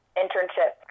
internship